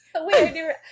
Wait